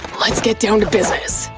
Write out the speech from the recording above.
let's get down to business.